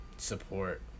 support